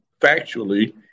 factually